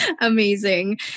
amazing